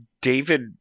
David